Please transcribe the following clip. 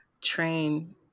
train